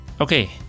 Okay